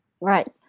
Right